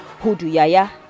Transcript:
Huduyaya